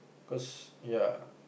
cause ya